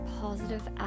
positive